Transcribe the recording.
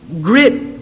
grit